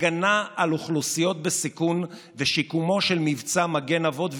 הגנה על אוכלוסיות בסיכון ושיקומו של מבצע "מגן אבות ואימהות",